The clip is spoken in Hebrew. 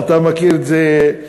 אתה מכיר את זה first hand.